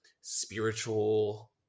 spiritual